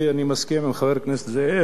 אני מסכים עם חבר הכנסת זאב,